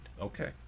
Okay